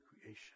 creation